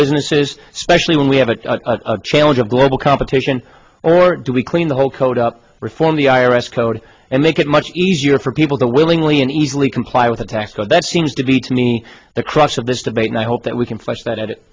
businesses especially when we have a challenge of global competition or do we clean the whole code up reform the i r s code and make it much easier for people to willingly and easily comply with a tax code that seems to be to me the crux of this debate and i hope that we can flesh that it